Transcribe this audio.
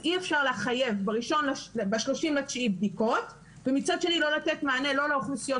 אי אפשר לחייב ב-30 בספטמבר בדיקות ומצד שני לא לתת מענה לא לאוכלוסיות